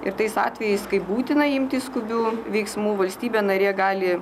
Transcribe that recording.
ir tais atvejais kai būtina imtis skubių veiksmų valstybė narė gali